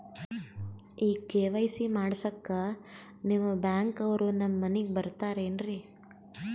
ಈ ಕೆ.ವೈ.ಸಿ ಮಾಡಸಕ್ಕ ನಿಮ ಬ್ಯಾಂಕ ಅವ್ರು ನಮ್ ಮನಿಗ ಬರತಾರೆನ್ರಿ?